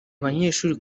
abanyeshuri